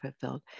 fulfilled